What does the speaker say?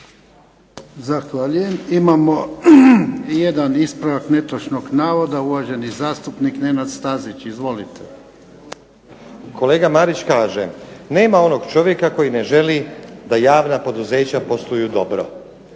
Zahvaljujem. Imamo jedan ispravak netočnog navoda. Uvaženi zastupnik Nenad Stazić, izvolite. **Stazić, Nenad (SDP)** Kolega Marić kaže nema onog čovjeka koji ne želi da javna poduzeća posluju dobro